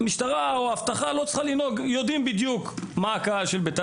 המשטרה או האבטחה מכירים את הקהל של בית"ר